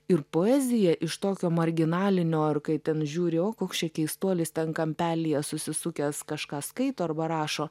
ir poezija iš tokio marginalinio ar kai ten žiūri o koks čia keistuolis ten kampelyje susisukęs kažką skaito arba rašo